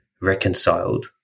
reconciled